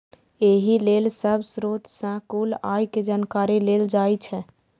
एहि लेल सब स्रोत सं कुल आय के जानकारी लेल जाइ छै